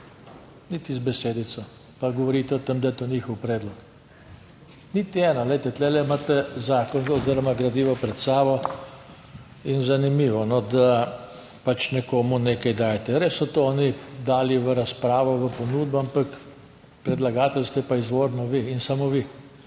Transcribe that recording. niti z besedico, pa govorite o tem, da je to njihov predlog. Niti ena. Glejte, tu imate zakon oziroma gradivo pred sabo in zanimivo, da pač nekomu nekaj dajete. Res so to oni dali v razpravo, v ponudbo, ampak predlagatelj ste pa izvorno vi in samo vi.